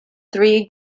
three